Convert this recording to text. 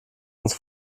uns